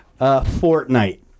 Fortnite